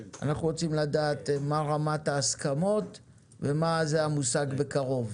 אנחנו רוצים לדעת מה רמת ההסכמות ומה זה המושג "בקרוב".